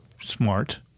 smart